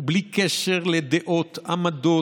ובלי קשר לדעות, עמדות,